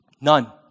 None